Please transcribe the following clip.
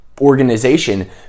organization